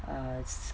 err